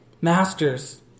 Masters